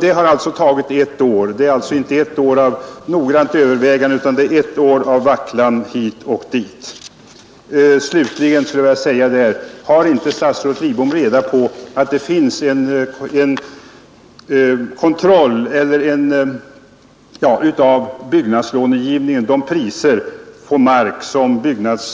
Det har alltså tagit ett år inte av noggrant övervägande utan ett år av vacklan hit och dit. Slutligen skulle jag vilja fråga: Har inte statsrådet Lidbom reda på att det finns möjligheter att kontrollera de priser på mark som